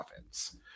offense